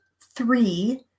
three